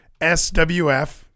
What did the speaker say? SWF